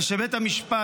ושבית המשפט